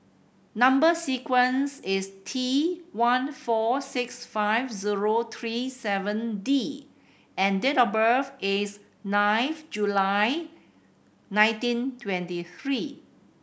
number sequence is T one four six five zero three seven D and date of birth is ninth July nineteen twenty three